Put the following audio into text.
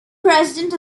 president